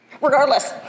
Regardless